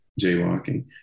jaywalking